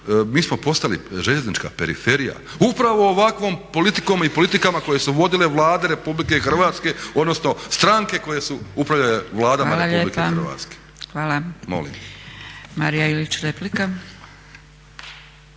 mi smo postali željeznička periferija upravo ovakvom politikom i politikama koje su vodile Vlade RH odnosno stranke koje su upravljale vladama Republike Hrvatske. **Zgrebec, Dragica